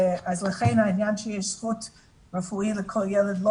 לכן העניין שיש זכות רפואית לכל ילד לא